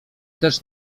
też